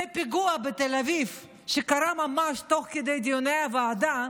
והפיגוע בתל אביב, שקרה ממש תוך כדי דיוני הוועדה,